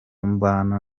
mbana